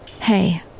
Hey